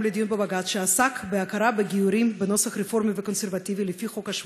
שעסק בהכרה בגיורים בנוסח רפורמי וקונסרבטיבי לפי חוק השבות.